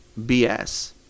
BS